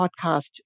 podcast